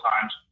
times